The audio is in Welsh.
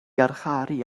garcharu